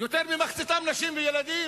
יותר ממחציתם נשים וילדים.